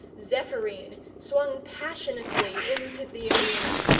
zephyrine swung passionately into the arena.